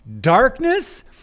darkness